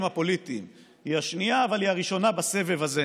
הפוליטיים היא השנייה אבל הראשונה בסבב הזה,